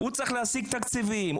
הוא צריך להשיג תקציבים,